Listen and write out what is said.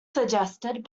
suggested